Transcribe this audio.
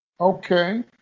Okay